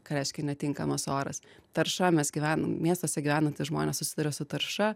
ką reiškia netinkamas oras tarša mes gyvenam miestuose gyvenantys žmonės susiduria su tarša